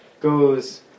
goes